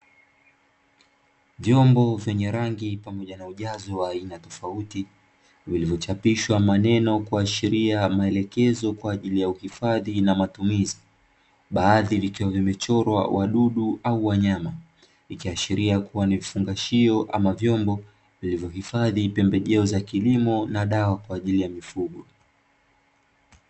Vyombo vyenye rangi pamopja na ujazo wa aina tofauti vilivyo chapishwa maneno kuashiria maelekezo kwajili ya uhifadhi na matumizi, baadhi vikiwa vimechorwa wadudu au wanyama ikiashiria kuwa ni vifungashio ama vyombo vilivyo hifadhi pembejeo za kilimo na dawa kwajili ya mifugo.